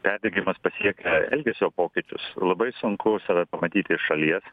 perdegimas pasiekia elgesio pokyčius labai sunku save pamatyti iš šalies